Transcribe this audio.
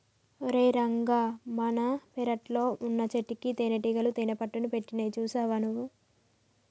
ఓరై రంగ మన పెరట్లో వున్నచెట్టుకి తేనటీగలు తేనెపట్టుని పెట్టినాయి సూసావా నువ్వు